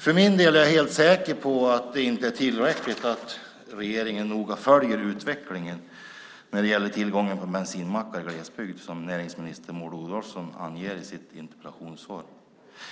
För min del är jag helt säker på att det inte är tillräckligt att regeringen noga följer utvecklingen när det gäller tillgången på bensinmackar i glesbygd som näringsminister Maud Olofsson anger i sitt interpellationssvar.